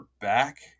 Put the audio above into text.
back